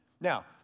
Now